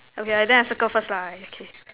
okay ah then I circle first lah okay